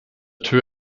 two